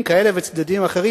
צדדים כאלה וצדדים אחרים.